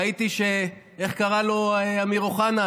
ראיתי, איך קרא לו אמיר אוחנה?